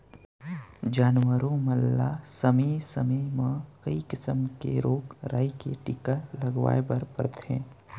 जानवरों मन ल समे समे म कई किसम के रोग राई के टीका लगवाए बर परथे